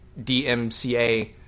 DMCA